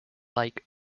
like